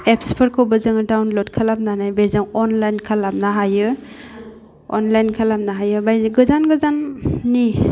एप्सफोरखौबो जोङो दाउनलद खालामनानै बेजों अनलाइन खालामनो हायो अनलाइन खालामनो हायो बाय गोजान गोजाननि